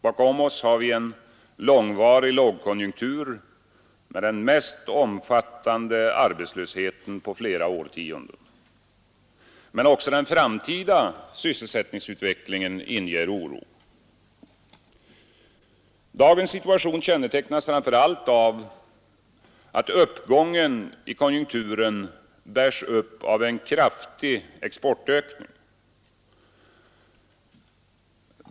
Bakom oss har vi en långvarig lågkonjunktur med den mest omfattande arbetslösheten på flera årtionden. Men också den framtida sysselsättningsutvecklingen inger oro. Dagens situation kännetecknas framför allt av att uppgången i konjunkturen bärs upp av en kraftig exportökning.